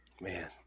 man